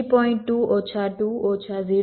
2 ઓછા 2 ઓછા 0